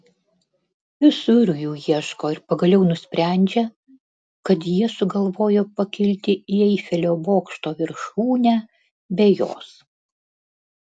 visur jų ieško ir pagaliau nusprendžia kad jie sugalvojo pakilti į eifelio bokšto viršūnę be jos